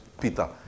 Peter